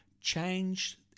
change